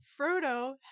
Frodo